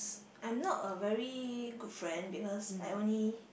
I'm not a very good friend because I only